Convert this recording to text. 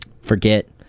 forget